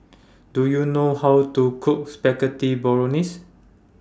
Do YOU know How to Cook Spaghetti Bolognese